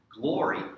glory